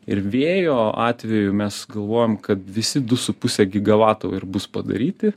ir vėjo atveju mes galvojam kad visi du su puse gigavato ir bus padaryti